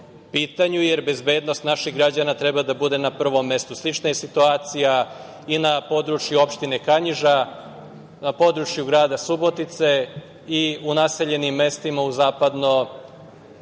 pitanju, jer bezbednost naših građana treba da bude na prvom mestu. Slična je situacija i na području opštine Kanjiža, na području grada Subotice i u naseljenim mestima u Zapadnobačkom